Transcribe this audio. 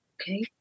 Okay